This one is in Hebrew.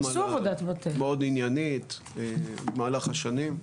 מאוד עניינית במהלך השנים,